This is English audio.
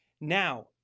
now